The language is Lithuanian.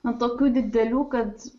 na tokių didelių kad